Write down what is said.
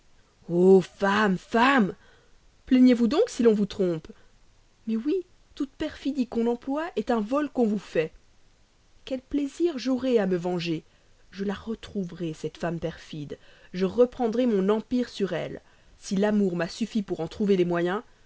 femmes plaignez-vous donc si l'on vous trompe mais oui toute perfidie qu'on emploie est un vol qu'on vous fait quel plaisir j'aurai à me venger je la retrouverai cette femme perfide je reprendrai mon empire sur elle si l'amour m'a suffi pour en trouver les moyens